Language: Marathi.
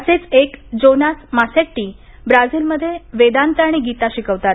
असेच एक जोनास मासेट्टी ब्रझिलमध्ये वेदांत आणि गीता शिकवतात